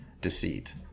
deceit